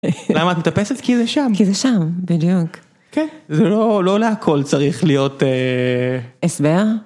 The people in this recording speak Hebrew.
למה את מטפסת? כי זה שם. כי זה שם, בדיוק. כן, זה לא לא להכל צריך להיות... הסבר?